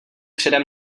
předem